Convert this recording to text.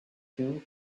two